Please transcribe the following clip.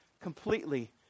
completely